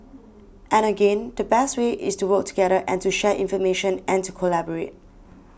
and again the best way is to work together and to share information and to collaborate